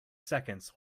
seconds